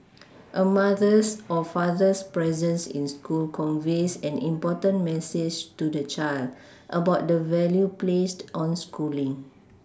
a mother's or father's presence in school conveys an important message to the child about the value placed on schooling